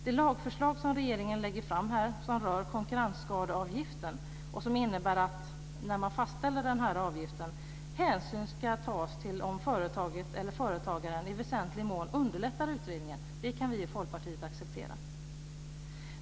Det lagförslag som regeringen här lägger fram rör konkurrensskadeavgiften och innebär att när man fastställer den här avgiften ska hänsyn tas till om företaget eller företagaren i väsentliga mån underlättar utredningen. Det kan vi i Folkpartiet acceptera.